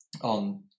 on